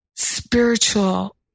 Spiritual